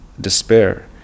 despair